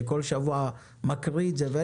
שכל שבוע מקריא את שמות הרוגי התאונות בדרכים ואין